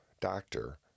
doctor